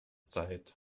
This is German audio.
zeit